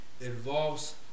involves